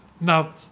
Now